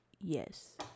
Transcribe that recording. yes